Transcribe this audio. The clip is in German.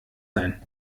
sein